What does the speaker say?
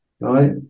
right